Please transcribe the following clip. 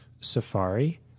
Safari